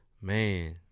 Man